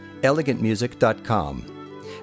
elegantmusic.com